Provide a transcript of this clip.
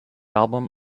album